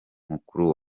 mukuru